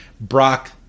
Brock